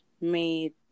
made